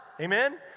amen